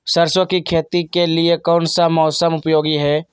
सरसो की खेती के लिए कौन सा मौसम उपयोगी है?